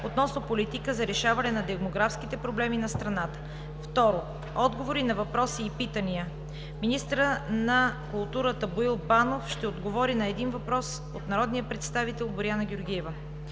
относно политика за решаване на демографските проблеми на страната. II. Отговори на въпроси и питания: 1. Министърът на културата Боил Банов ще отговори на един въпрос от народния представител Боряна Георгиева.